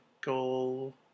goal